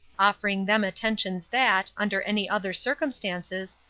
offering them attentions that, under any other circumstances,